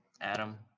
Adam